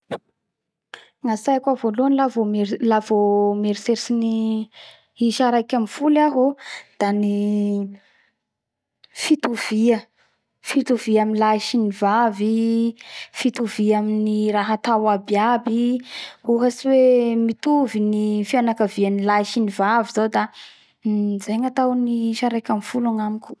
Gnatsaiko ao voalohany la vo la vo mieritseritsy ny isa raiky mbifolo iaho o da ny fitovia fitovia amy lahy sy ny vavy fitovia amy raha atao iaby iaby ohatsy hoe mitovy ny fianakavia ny lahy sy ny vavy zao da zay ny gnatao isa raiky ambifolo agnamiko